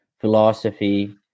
philosophy